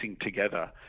together